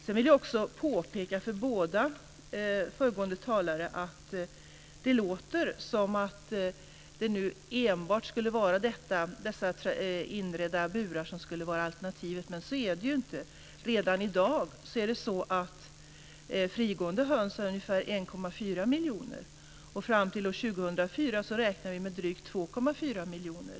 Jag vill påpeka för de båda föregående talarna att det låter som att det nu enbart är dessa inredda burar som är alternativet, men så är det inte. Redan i dag är antalet frigående höns ungefär 1,4 miljoner. Fram till år 2004 räknar vi med drygt 2,4 miljoner.